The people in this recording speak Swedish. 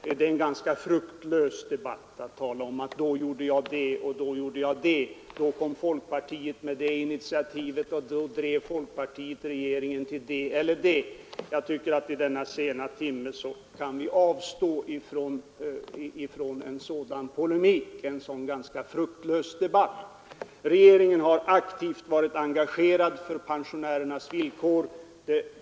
Det är ett ganska fruktlöst sätt att föra en debatt att peka på vad det ena partiet gjort i olika sammanhang — då kom folkpartiet med det initiativet och sedan drev folkpartiet regeringen till det och det. Jag tycker att vi i denna sena timme kan avstå från en sådan ganska fruktlös debatt. Regeringen har aktivt varit engagerad för pensionärernas villkor.